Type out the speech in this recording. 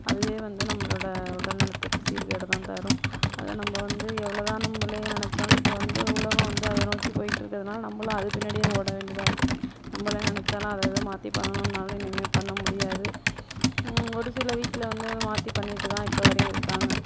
அதுவே வந்து நம்மளோடய உடல்நலத்துக்கு சீர்கேடு தான் தரும் அதை நம்ம வந்து எவ்வளோ தான் நம்மளே நினச்சாலும் இப்போ வந்து உலகம் வந்து அதை நோக்கி போயிட்டு இருக்குறதுனால் நம்மளும் அது பின்னாடியே ஓட வேண்டியதாக இருக்குது நம்மளே நினச்சாலும் அதை இதை மாற்றி பண்ணணும்னாலும் இனிமே பண்ண முடியாது ஒரு சில வீட்டில் வந்து இதை மாற்றி பண்ணிகிட்டு தான் இப்போவரையும் இருக்காங்க